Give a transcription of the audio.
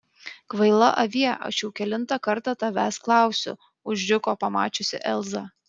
kvaila avie aš jau kelintą kartą tavęs klausiu užriko pamačiusi elzą